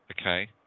Okay